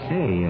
Say